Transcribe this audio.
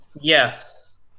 Yes